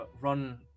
run